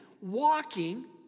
walking